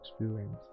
experience